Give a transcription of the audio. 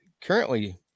currently